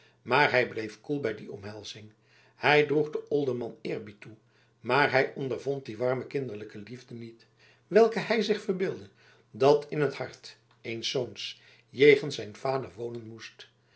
maar hij bleef koel bij die omhelzing hij droeg den olderman eerbied toe maar hij ondervond die warme kinderlijke liefde niet welke hij zich verbeeldde dat in het hart eens zoons jegens zijn vader wonen moest